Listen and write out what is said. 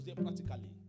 Practically